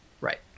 Right